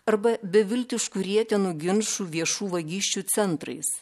arba beviltiškų rietenų ginčų viešų vagysčių centrais